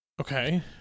Okay